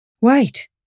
Wait